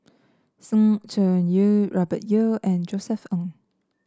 Sng Choon Yee Robert Yeo and Josef Ng